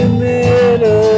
middle